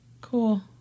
Cool